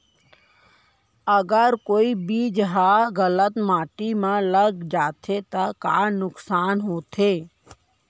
अगर कोई बीज ह गलत माटी म लग जाथे त का नुकसान होथे?